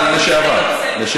לשעבר.